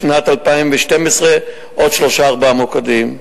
כאלה, ובשנת 2012, עוד שניים-שלושה מוקדים.